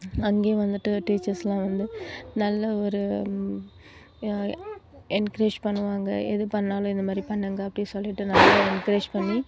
அங்கேயும் வந்துட்டு டீச்சர்ஸ்லாம் வந்து நல்ல ஒரு என்க்ரேஜ் பண்ணுவாங்க எது பண்ணாலும் இந்த மாதிரி பண்ணுங்க அப்படின்னு சொல்லிட்டு நல்ல என்க்ரேஜ் பண்ணி